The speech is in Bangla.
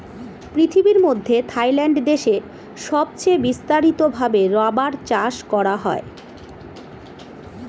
পৃথিবীর মধ্যে থাইল্যান্ড দেশে সবচে বিস্তারিত ভাবে রাবার চাষ করা হয়